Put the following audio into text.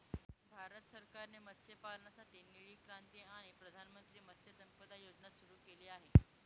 भारत सरकारने मत्स्यपालनासाठी निळी क्रांती आणि प्रधानमंत्री मत्स्य संपदा योजना सुरू केली आहे